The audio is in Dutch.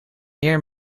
meer